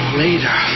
later